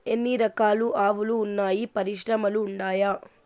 ఎన్ని రకాలు ఆవులు వున్నాయి పరిశ్రమలు ఉండాయా?